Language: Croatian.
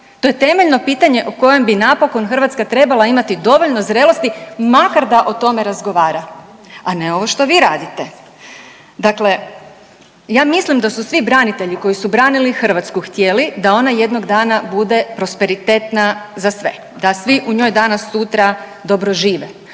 To je temeljno pitanje o kojem bi napokon Hrvatska trebala imati dovoljno zrelosti makar da o tome razgovara, a ne ovo što vi radite. Dakle, ja mislim da su svi branitelji koji su branili Hrvatsku htjeli da ona jednog dana bude prosperitetna za sve, da svi u njoj danas sutra dobro žive